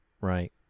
right